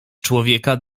człowieka